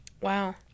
Wow